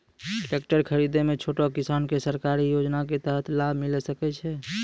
Tractor खरीदै मे छोटो किसान के सरकारी योजना के तहत लाभ मिलै सकै छै?